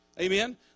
Amen